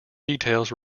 details